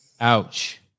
Ouch